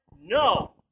no